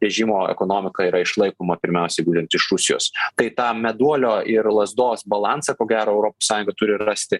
režimo ekonomika yra išlaikoma pirmiausiai būtent iš rusijos kai tą meduolio ir lazdos balansą ko gero europos sąjunga turi rasti